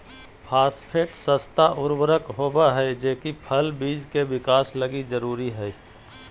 phosphate सस्ता उर्वरक होबा हइ जे कि फल बिज के विकास लगी जरूरी हइ